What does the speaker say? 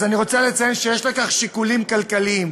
אז אני רוצה לציין שיש לכך שיקולים כלכליים.